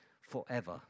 forever